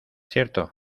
cierto